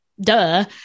duh